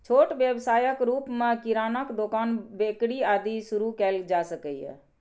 छोट व्यवसायक रूप मे किरानाक दोकान, बेकरी, आदि शुरू कैल जा सकैए